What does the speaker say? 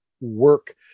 work